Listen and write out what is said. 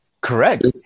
Correct